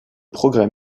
progrès